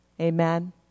Amen